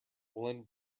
woolen